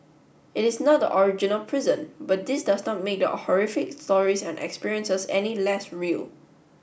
it is not the original prison but this does not make the horrific stories and experiences any less real